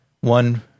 One